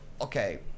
okay